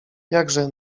jakże